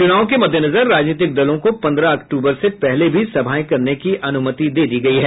चुनाव के मद्देनजर राजनीतिक दलों को पंद्रह अक्टूबर से पहले भी सभाएं करने की अनुमति दे दी है